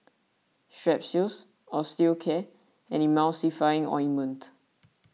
Strepsils Osteocare and Emulsying Ointment